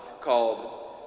called